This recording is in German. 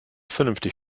vernünftig